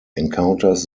encounters